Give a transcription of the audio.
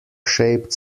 shaped